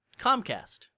Comcast